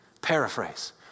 Paraphrase